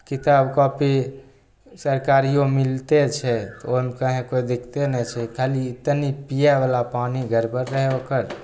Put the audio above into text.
किताब कॉपी सरकारिओ मिलते छै तऽ ओहिमे कहीँ कोइ दिक्कते नहि छै खाली तनि पिएवला पानी गड़बड़ रहै ओकर